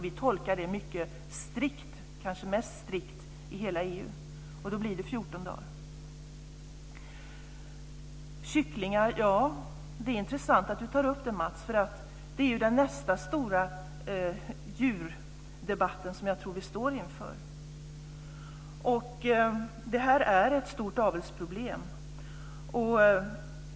Vi tolkar det mycket strikt, kanske mest strikt i hela EU. Då blir det 14 Det är intressant att Matz tar upp kycklingar. Det är ju nästa stora djurdebatt som jag tror att vi står inför. Det här är ett stort avelsproblem.